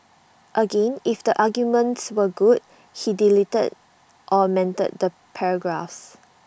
again if the arguments were good he deleted or amended the paragraphs